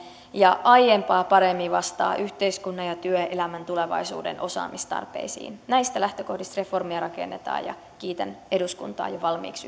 ja aiempaa paremmin vastaa yhteiskunnan ja työelämän tulevaisuuden osaamistarpeisiin näistä lähtökohdista reformia rakennetaan ja kiitän eduskuntaa jo valmiiksi